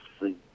see